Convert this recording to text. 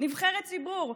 נבחרת ציבור,